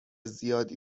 زیادی